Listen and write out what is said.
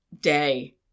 day